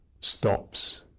stops